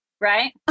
right